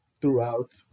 throughout